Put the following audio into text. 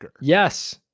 Yes